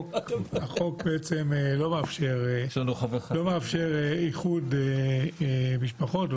החוק בעצם לא מאפשר איחוד משפחות,